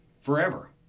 forever